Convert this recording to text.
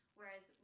Whereas